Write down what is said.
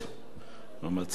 המציע מר ברכה,